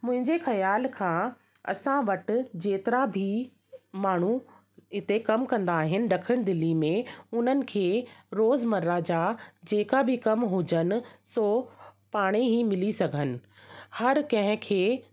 मुंहिंजे ख़्याल खां असां वटि जेतिरा बि माण्हू इते कमु कंदा आहिनि ॾखण दिल्ली में उन्हनि खे रोज़मर्रा जा जेका बि कम हुजनि सो पाण ई मिली सघनि हर कंहिंखे